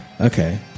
okay